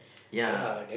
ya